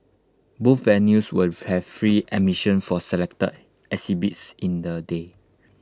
both venues will have free admissions for selected exhibits in the day